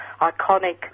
iconic